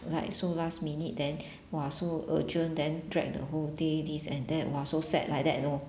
like so last minute then !wah! so urgent then drag the whole day this and that !wah! so sad like that you know